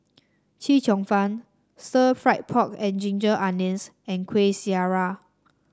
Chee Cheong Fun Stir Fried Pork and Ginger Onions and Kuih Syara